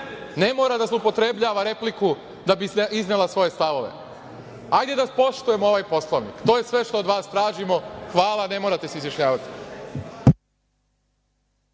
ne mora da zloupotrebljava repliku da bi iznela svoje stavove. Hajde da poštujemo ovaj Poslovnik, to je sve što od vas tražimo. Hvala, ne morate se izjašnjavati.